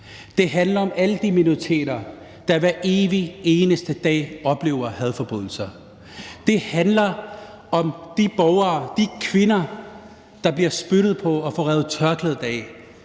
Det handler om alle de minoriteter, der hver evig eneste dag oplever hadforbrydelser. Det handler om de borgere, de kvinder, der bliver spyttet på, og som får revet tørklædet af,